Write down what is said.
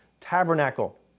tabernacle